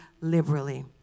liberally